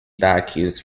bacchus